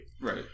right